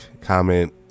comment